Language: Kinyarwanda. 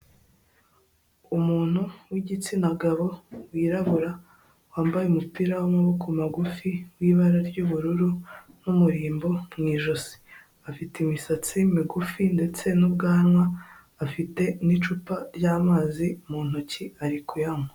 Umuntu w' igitsina gabo wirabura, wambaye umupira w' amaboko magufi w' ibara ry' ubururu n' umurimbo mw' ijoshi. Afite imisatsi migufi ndetse n' ubwanwa afite n' icupa ry' amazi mu intoki ari kuyanywa.